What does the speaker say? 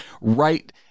right